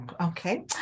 Okay